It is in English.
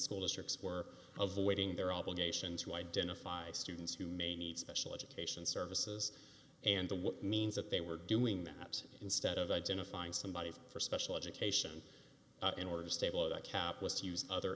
school districts were avoiding their obligation to identify students who may need special education services and to what means that they were doing that instead of identifying somebody for special education in order to stay below that cap was to use other